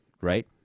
right